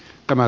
tämä